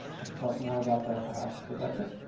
i could talk more about that perhaps but that's it.